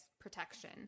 protection